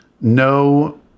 no